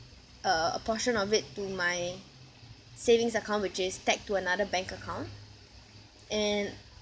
uh a portion of it to my savings account which is tagged to another bank account and